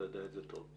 אתה יודע את זה טוב.